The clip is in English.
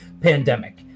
pandemic